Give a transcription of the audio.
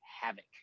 havoc